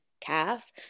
calf